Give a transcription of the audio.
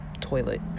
toilet